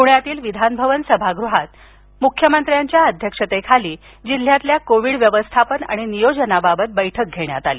पुण्यातील विधानभवन सभागृहात मुख्यमंत्र्यांच्या अध्यक्षतेखाली जिल्ह्यातील कोविड व्यवस्थापन आणि नियोजनाबाबत बैठक घेण्यात आली